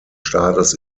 staates